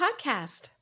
podcast